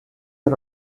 are